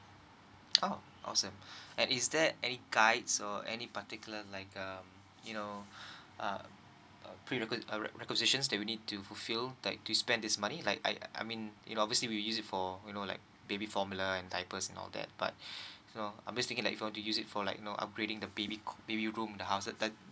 oh awesome and is there any guides or any particular like um you know uh pre requist~ uh requisitions that we need need to fulfill like to spend this money like I I mean you know obviously we use it for you know like baby formula and diapers and all that but so I'm just thinking like to use it for like you know upgrading the baby cot baby room in the house is does